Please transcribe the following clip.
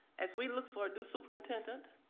as we look for a new superintendent,